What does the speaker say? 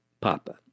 Papa